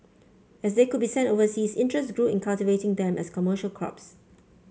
as they could be sent overseas interest grew in cultivating them as commercial crops